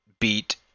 beat